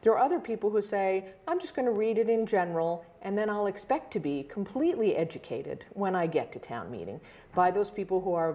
there are other people who say i'm just going to read it in general and then i'll expect to be completely educated when i get to town meeting by those people who are